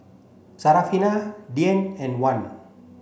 Syarafina Dian and Wan